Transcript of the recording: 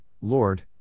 Lord